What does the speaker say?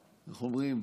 איך אומרים?